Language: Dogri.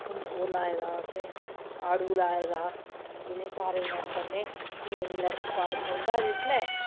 ओह् लाए दा असें आड़ू लाए दा इ'नें सारें ई अस खन्नें फ्ही अस जेल्लै फल पौंदा जिसलै